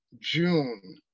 June